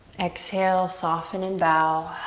exhale, soften and bow.